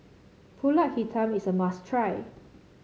pulut hitam is a must try